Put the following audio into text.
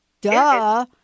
Duh